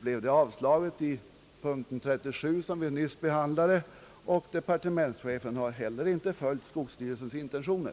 blev vårt förslag avslaget i punkten 37 som vi nyss behandlat, och inte heller departementschefen har följt skogsstyrelsens intentioner.